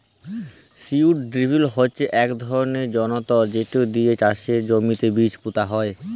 seed drill হচ্যে ইক ধরলের যনতর যেট দিয়ে চাষের জমিতে বীজ পুঁতা হয়